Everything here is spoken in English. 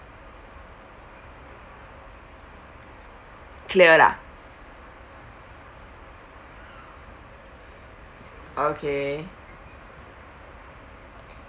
clear lah okay